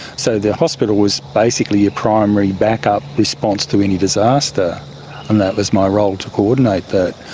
so the hospital was basically your primary backup response to any disaster and that was my role, to coordinate that.